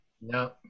No